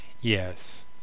Yes